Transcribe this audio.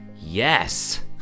Yes